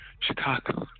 Chicago